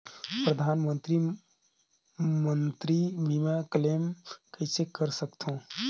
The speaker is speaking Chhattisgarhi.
परधानमंतरी मंतरी बीमा क्लेम कइसे कर सकथव?